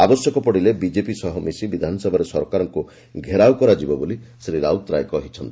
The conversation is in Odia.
ଆବଶ୍ୟକ ପଡ଼ିଲେ ବିକେପି ସହ ମିଶି ବିଧାନସଭାରେ ସରକାରଙ୍କୁ ଘେରାଉ କରାଯିବ ବୋଲି ଶ୍ରୀ ରାଉତରାୟ କହିଛନ୍ତି